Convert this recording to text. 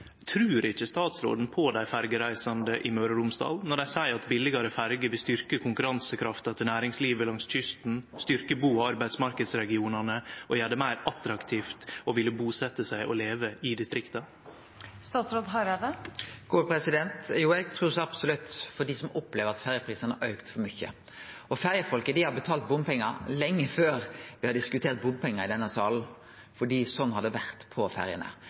Trur ikkje statsråden på dei ferjereisande i Møre og Romsdal når dei seier at billegare ferjer vil styrkje konkurransekrafta til næringslivet langs kysten, styrke bu- og arbeidsmarknadsregionane og gjere det meir attraktivt å vilje busetje seg og leve i distrikta? Jo, eg trur så absolutt på dei som opplever at ferjeprisane har auka for mykje. Ferjefolket har betalt bompengar lenge før me har diskutert bompengar i denne salen, for slik har det vore på ferjene.